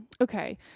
Okay